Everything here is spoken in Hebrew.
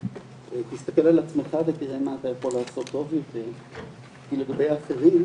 זה תסתכל על עצמך ותראה מה אתה יכול לעשות טוב יותר כי לגבי האחרים,